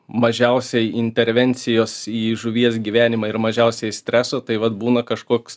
mažiausiai intervencijos į žuvies gyvenimą ir mažiausiai streso tai vat būna kažkoks